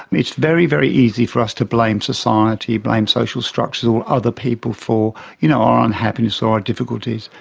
it's very, very easy for us to blame society, blame social structures or other people for you know our unhappiness or our difficulties.